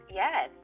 yes